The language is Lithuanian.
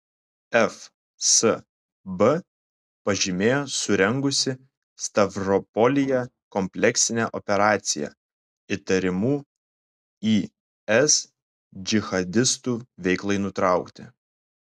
fsb pažymėjo surengusi stavropolyje kompleksinę operaciją įtariamų is džihadistų veiklai nutraukti